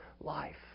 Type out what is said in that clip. life